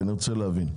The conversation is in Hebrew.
אני רוצה להבין.